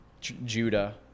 Judah